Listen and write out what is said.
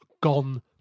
gone